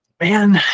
Man